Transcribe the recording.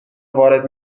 وارد